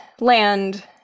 land